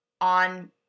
on